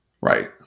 Right